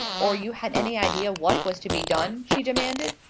or you had any idea what was to be done? she demanded.